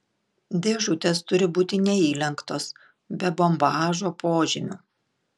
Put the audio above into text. dėžutės turi būti neįlenktos be bombažo požymių